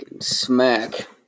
smack